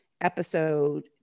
episode